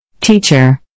Teacher